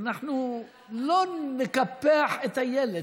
אנחנו לא נקפח את איילת,